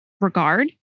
regard